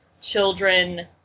children